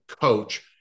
coach